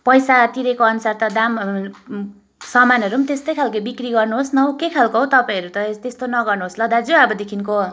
पैसा तिरेको अनुसार त दाम सामानहरू पनि त्यस्तै खालके बिक्री गर्नुहोस् न हौ के खालको हौ तपाईँहरू त्यस्तो नगर्नुहोस् ल दाजु अबदेखिको